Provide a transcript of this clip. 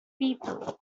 people